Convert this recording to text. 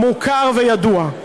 מוכר וידוע.